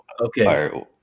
Okay